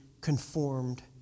conformed